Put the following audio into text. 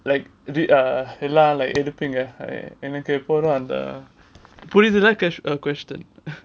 like எல்லாம்:ellam like எதுக்கு இங்க எனக்கு எப்போதும் அந்த புரியுதுல:edhuku inga enaku epodhum andha puriuthula question